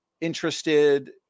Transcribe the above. interested